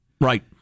right